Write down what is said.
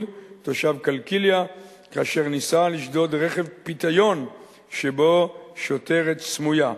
תושב קלקיליה כאשר ניסה לשדוד רכב פיתיון שבו שוטרת סמויה.